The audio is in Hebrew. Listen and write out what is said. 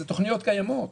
אלו תוכניות קיימות.